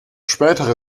spätere